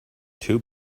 two